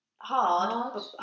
Hard